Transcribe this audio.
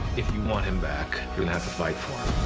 if you want him back, you're gonna have to fight for